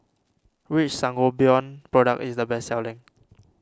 which Sangobion product is the best selling